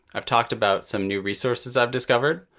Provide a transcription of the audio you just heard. i've talked about some new resources i've discovered.